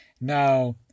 Now